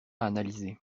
analysés